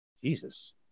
Jesus